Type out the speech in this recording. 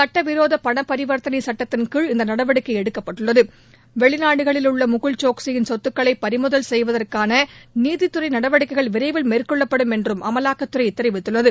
சுட்டவிரோத பண பரிவர்த்தனை சுட்டத்தின்கீழ் இந்த நடவடிக்கை எடுக்கப்பட்டுள்ளது வெளிநாடுகளில் உள்ள முகுல் சோக்சியின் சொத்துக்களை பறிமுதல் செய்வதற்கான நீதித்துறை நடவடிக்கைகள் விரைவில் மேற்கொள்ளப்படும் என்றும் அமலாக்கத்துறை தெரிவித்துள்ளது